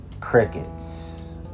Crickets